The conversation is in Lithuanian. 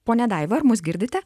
ponia daiva ar mus girdite